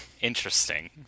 Interesting